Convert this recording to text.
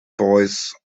boys